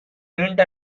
நீண்ட